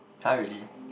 [huh] really